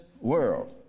world